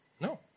No